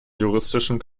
juristischen